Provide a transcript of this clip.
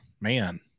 man